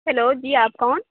hello جی آپ کون